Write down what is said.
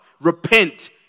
Repent